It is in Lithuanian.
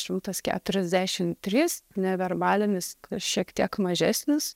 šimtas keturiasdešimt trys neverbalinis šiek tiek mažesnis